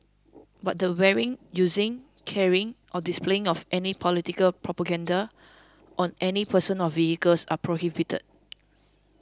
but the wearing using carrying or displaying of any political propaganda on any person or vehicles are prohibited